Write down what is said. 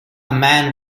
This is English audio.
man